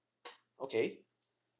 okay